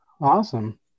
Awesome